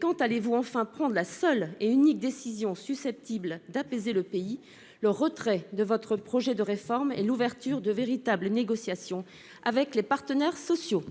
Quand allez-vous prendre la seule et unique décision susceptible d'apaiser le pays, à savoir le retrait de votre projet de réforme et l'ouverture de véritables négociations avec les partenaires sociaux ?